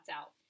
out